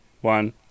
one